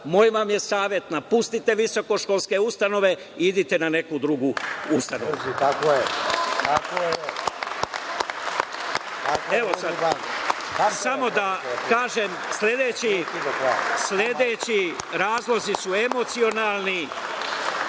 moj vam je savet – napustite visokoškolske ustanove i idite na neku drugu ustanovu. Samo da kažem sledeći razlozi su emocionalni